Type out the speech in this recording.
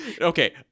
okay